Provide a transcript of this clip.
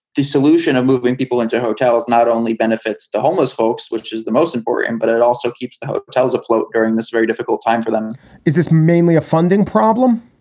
the solution of moving people into hotels not only benefits the homeless folks, which is the most important, and but it also keeps the hotels afloat during this very difficult time for them is this mainly a funding problem?